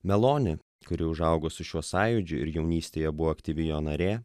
malonė kuri užaugo su šiuo sąjūdžiu ir jaunystėje buvo aktyvi jo narė